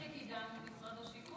מי זה "קידמנו", משרד השיכון?